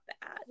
bad